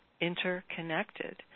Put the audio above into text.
interconnected